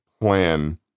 plan